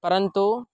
परन्तु